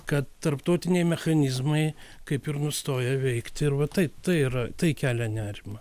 kad tarptautiniai mechanizmai kaip ir nustoja veikti ir va tai tai yra tai kelia nerimą